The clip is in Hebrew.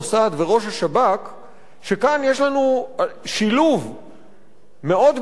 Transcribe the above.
שכאן יש לנו שילוב מאוד מיוחד לא רק של